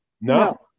No